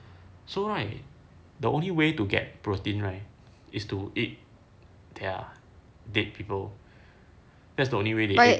so right the only way to get protein right is to eat their dead people that's the only way